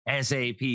sap